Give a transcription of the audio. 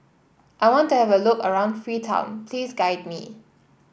I want to have a look around Freetown please guide me